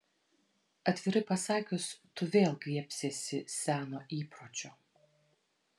atvirai pasakius tu vėl griebsiesi seno įpročio